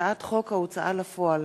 הצעת חוק ההוצאה לפועל